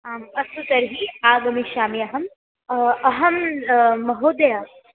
आम् अस्तु तर्हि आगमिष्यामि अहम् अहं महोदया